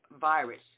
virus